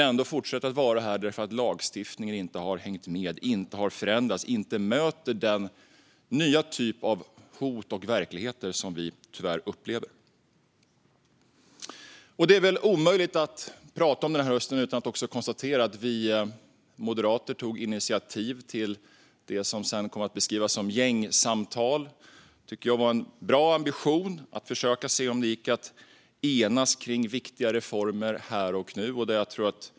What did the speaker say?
Ändå fortsätter de att vara här eftersom lagstiftningen inte har hängt med, inte har förändrats och inte möter den nya typ av hot och verkligheter som vi tyvärr upplever. Det är väl omöjligt att tala om denna höst utan att också konstatera att vi moderater tog initiativ till det som sedan kom att beskrivas som gängsamtal. Jag tycker att det var en bra ambition att försöka se om det gick att enas om viktiga reformer här och nu.